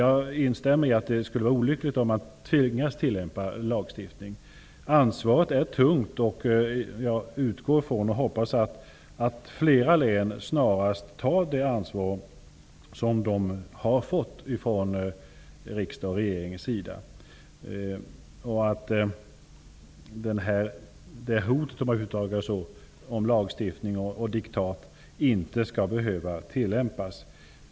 Jag instämmer i att det skulle vara olyckligt om vi tvingades tillämpa lagstiftning. Ansvaret är tungt, men jag utgår från och hoppas att flera län snarast tar det ansvar som de har fått från riksdag och regering och att detta hot -- om jag får uttrycka mig på det viset -- om lagstiftning och diktat inte skall behöva tillämpas.